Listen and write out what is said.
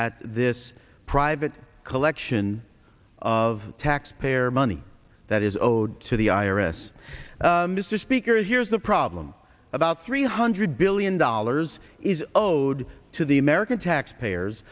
at this private collection of taxpayer money that is owed to the i r s mr speaker here's the problem about three hundred billion dollars is owed to the american taxpayers